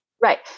Right